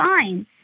fine